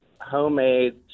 Homemade